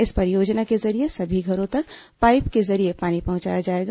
इस परियोजना के जरिए सभी घरों तक पाइप के जरिए पानी पहुंचाया जाएगा